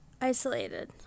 Isolated